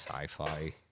sci-fi